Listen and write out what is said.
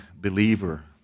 believer